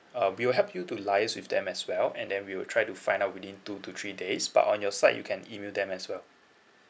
uh we will help you to liaise with them as well and then we will try to find out within two to three days but on your side you can email them as well